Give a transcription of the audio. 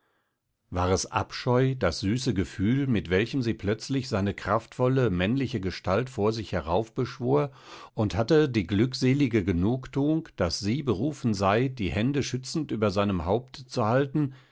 war es abscheu das süße gefühl mit welchem sie plötzlich seine kraftvolle männliche gestalt vor sich heraufbeschwor und hatte die glückselige genugtuung daß sie berufen sei die hände schützend über seinem haupte zu halten